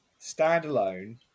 Standalone